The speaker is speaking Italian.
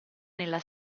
nella